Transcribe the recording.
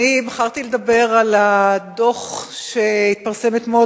בחרתי לדבר על הדוח שהתפרסם אתמול,